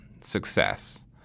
success